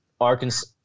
Arkansas